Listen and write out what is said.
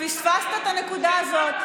פספסת את הנקודה הזאת.